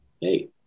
hey